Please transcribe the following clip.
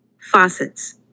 Faucets